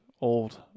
old